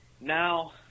Now